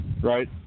Right